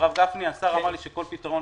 הרב גפני, השר אמר לי שכל פתרון